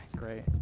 great.